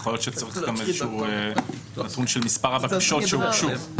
יכול להיות שצריך גם נתון של מספר הבקשות שהוגשו.